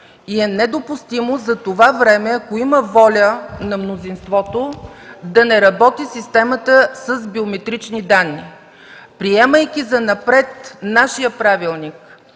и е недопустимо за това време, ако има воля на мнозинството, да не работи системата с биометрични данни. Приемайки занапред нашия правилник